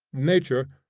nature,